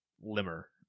limmer